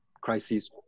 crisis